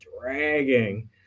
dragging